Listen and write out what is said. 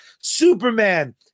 Superman